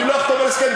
אני לא אחתום על הסכם,